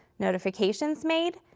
notifications made,